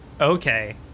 okay